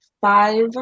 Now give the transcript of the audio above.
five